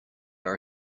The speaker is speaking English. are